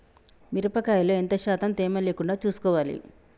మిరప కాయల్లో ఎంత శాతం తేమ లేకుండా చూసుకోవాలి?